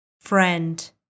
friend